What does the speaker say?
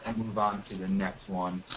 and move on to the next one.